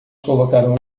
colocaram